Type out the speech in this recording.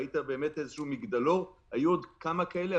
היית איזשהו מגדלור היו עוד כמה כאלה,